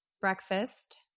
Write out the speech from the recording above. Breakfast